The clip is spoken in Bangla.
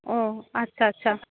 ও আচ্ছা আচ্ছা